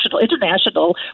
international